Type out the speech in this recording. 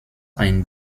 ein